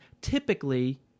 typically